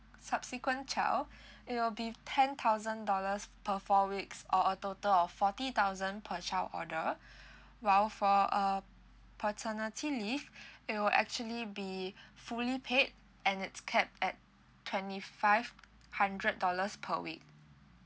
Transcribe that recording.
subsequent child it'll be ten thousand dollars per four weeks or a total of forty thousand per child order while for uh paternity leave it will actually be fully paid and it's capped at twenty five hundred dollars per week